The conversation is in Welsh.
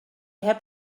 heb